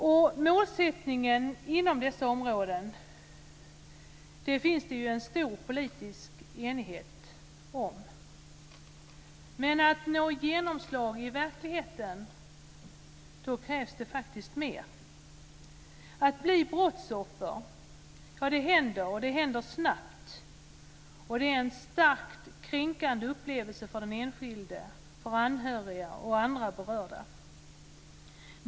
Det finns en stor politisk enighet om målen för dessa områden. Men för att det ska få genomslag i verkligheten krävs det faktiskt mer. Att bli brottsoffer bara händer, och det händer snabbt. Det är en starkt kränkande upplevelse för den enskilde, för anhöriga och andra berörda.